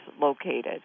located